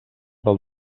del